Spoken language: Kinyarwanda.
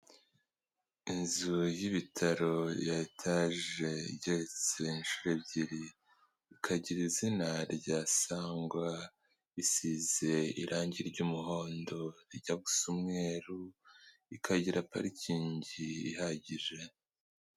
Inzu y'ibitaro ya etaje igeretse inshuro ebyiri ikagira izina rya Sangwa, isize irangi ry'umuhondo rijya gusa umweru ikagira parikingi ihagije.